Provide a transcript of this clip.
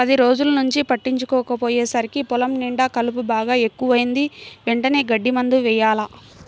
పది రోజుల్నుంచి పట్టించుకోకపొయ్యేసరికి పొలం నిండా కలుపు బాగా ఎక్కువైంది, వెంటనే గడ్డి మందు యెయ్యాల